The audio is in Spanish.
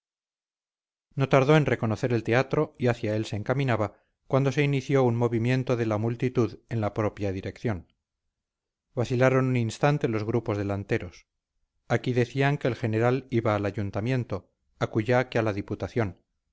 no tardó en reconocer el teatro y hacia él se encaminaba cuando se inició un movimiento de la multitud en la propia dirección vacilaron un instante los grupos delanteros aquí decían que el general iba al ayuntamiento acullá que a la diputación